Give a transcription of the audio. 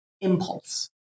impulse